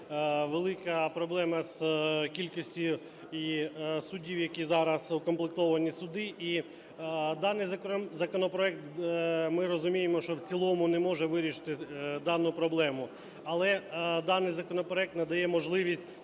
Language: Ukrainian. велика проблема з кількістю суддів, які зараз укомплектовані суди. І даний законопроект, ми розуміємо, що в цілому не може вирішити дану проблему. Але даний законопроект надає можливість